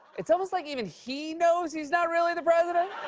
it's almost like even he knows he's not really the president.